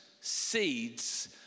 seeds